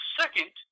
second